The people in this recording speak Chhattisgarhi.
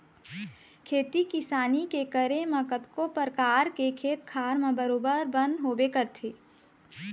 खेती किसानी के करे म कतको परकार के खेत खार म बरोबर बन होबे करथे